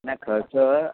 नाही खर्च